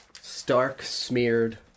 Stark-smeared